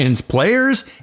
players